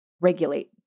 regulate